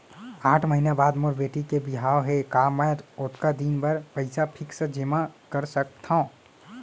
आठ महीना बाद मोर बेटी के बिहाव हे का मैं ओतका दिन भर पइसा फिक्स जेमा कर सकथव?